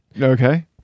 Okay